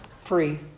free